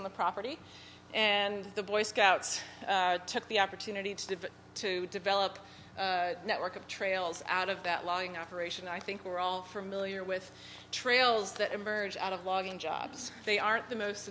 on the property and the boy scouts took the opportunity to divert to develop network of trails out of that logging operation i think we're all familiar with trails that emerge out of logging jobs they aren't the most